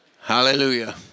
Hallelujah